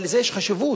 אבל לזה יש חשיבות,